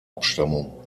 abstammung